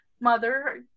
Mother